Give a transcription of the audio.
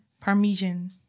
Parmesan